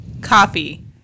coffee